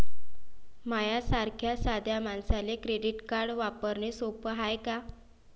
माह्या सारख्या साध्या मानसाले क्रेडिट कार्ड वापरने सोपं हाय का?